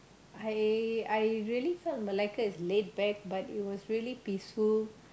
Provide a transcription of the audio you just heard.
I I really felt Malacca is laid back but it was really peaceful